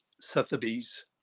Sotheby's